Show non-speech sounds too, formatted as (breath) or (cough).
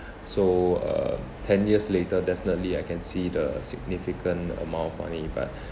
so uh ten years later definitely I can see the significant amount of money but (breath)